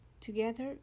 Together